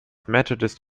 methodist